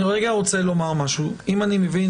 אני רוצה לומר שאם אני מבין,